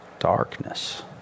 darkness